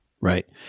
Right